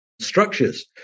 structures